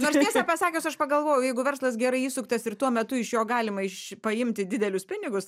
nors tiesą pasakius aš pagalvojau jeigu verslas gerai įsuktas ir tuo metu iš jo galima iš paimti didelius pinigus